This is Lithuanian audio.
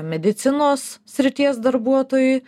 medicinos srities darbuotojui